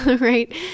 right